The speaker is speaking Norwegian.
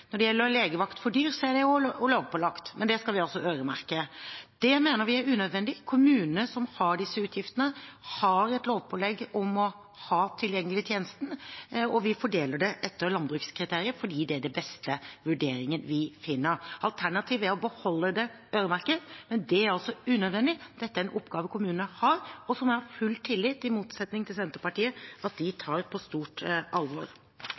mener vi er unødvendig. Kommunene som har disse utgiftene, har et lovpålegg om å ha tjenesten tilgjengelig, og vi fordeler det etter landbrukskriteriet fordi det er den beste vurderingen vi finner. Alternativet er å beholde øremerking, men det er altså unødvendig. Dette er en oppgave kommunene har, og som jeg har full tillit – i motsetning til Senterpartiet – til at de tar på stort alvor.